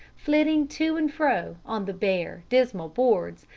flitting to and fro on the bare, dismal boards,